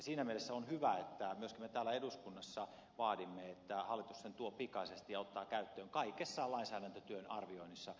siinä mielessä on hyvä että myöskin me täällä eduskunnassa vaadimme että hallitus sen tuo pikaisesti ja ottaa käyttöön kaikessa lainsäädäntötyön arvioinnissa